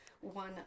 one